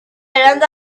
and